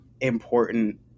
important